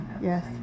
Yes